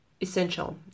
essential